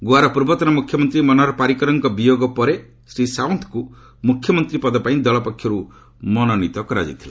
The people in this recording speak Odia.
ଗୋଆର ପୂର୍ବତନ ମ୍ରଖ୍ୟମନ୍ତ୍ରୀ ମନୋହର ପାରିକରଙ୍କ ବିୟୋଗ ପରେ ଶ୍ରୀ ସାଓ୍ୱନ୍ତଙ୍କୁ ମୁଖ୍ୟମନ୍ତ୍ରୀ ପଦ ପାଇଁ ଦଳ ପକ୍ଷରୁ ମନୋନୀତ କରାଯାଇଥିଲା